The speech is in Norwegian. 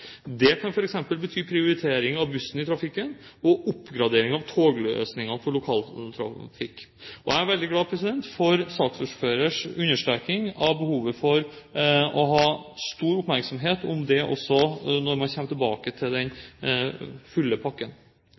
Det kan f.eks. bety prioritering av bussen i trafikken og oppgradering av togløsningene for lokaltrafikk. Jeg er veldig glad for saksordførerens understreking av behovet for å ha stor oppmerksomhet om dette når man kommer tilbake til den fulle pakken.